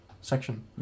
section